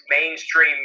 mainstream